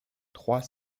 trois